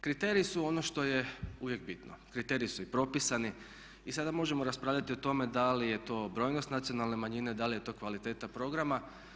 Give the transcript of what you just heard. Kriteriji su ono što je uvijek bitno, kriteriji su i propisani i sada možemo raspravljati o tome da li je to brojnost nacionalne manjine, da li je to kvaliteta programa.